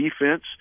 defense